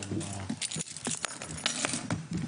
הישיבה ננעלה בשעה 13:35.